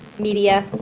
media,